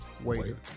Waiter